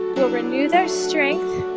will renew their strength